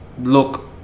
look